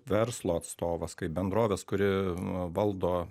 verslo atstovas kaip bendrovės kuri valdo